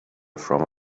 from